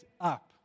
up